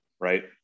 Right